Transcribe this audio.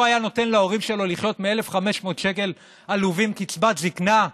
הרי מישהו פה היה נותן להורים שלו לחיות מ-1,500 שקל עלובים קצבת זקנה?